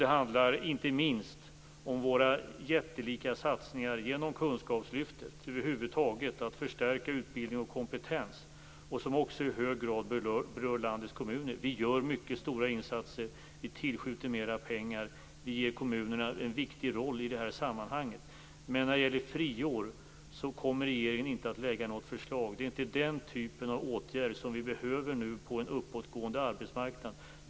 Det handlar inte minst om våra jättelika satsningar genom kunskapslyftet. Det handlar över huvud taget om att förstärka utbildning och kompetens. Det är något som i hög grad berör landets kommuner. Vi gör mycket stora insatser, vi tillskjuter mer pengar, och vi ger kommunerna en viktig roll i detta sammanhang. När det gäller friår kommer regeringen inte att lägga fram något förslag. Det är inte den typen av åtgärder som vi behöver nu när utvecklingen på arbetsmarknaden är uppåtgående.